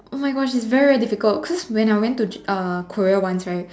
oh my Gosh it's very very difficult cause when I went to j~ uh Korea once right